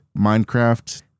Minecraft